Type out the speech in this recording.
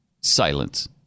Silence